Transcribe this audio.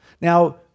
Now